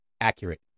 accurate